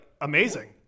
Amazing